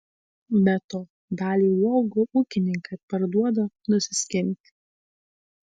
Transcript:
be to dalį uogų ūkininkai parduoda nusiskinti